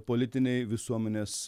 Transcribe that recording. politinei visuomenės